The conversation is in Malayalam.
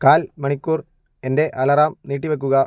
കാൽ മണിക്കൂർ എൻ്റെ അലാറം നീട്ടി വെക്കുക